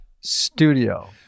Studio